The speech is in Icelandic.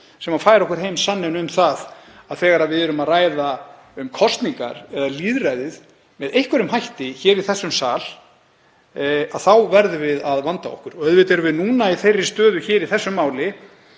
sem færa okkur heim sanninn um það að þegar við erum að ræða um kosningar eða lýðræðið með einhverjum hætti hér í þessum sal þá verðum við að vanda okkur. Auðvitað erum við núna í þeirri stöðu hér í þessu máli,